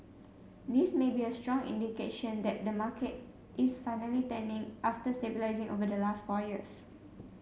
this may be a strong indication that the market is finally turning after stabilising over the last four years